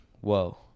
whoa